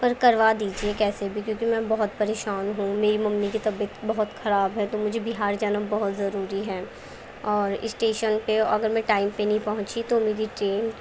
پر کروا دیجیے کیسے بھی کیونکہ میں بہت پریشان ہوں میری ممی کی طبیعت بہت خراب ہے تو مجھے بہار جانا بہت ضروری ہے اور اسٹیشن پہ اگر میں ٹائم پہ نہیں پہنچی تو میری ٹرین